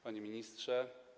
Panie Ministrze!